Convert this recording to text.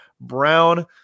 Brown